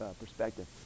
perspective